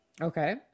okay